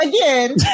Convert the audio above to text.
again